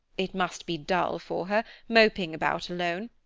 it must be dull for her, moping about alone.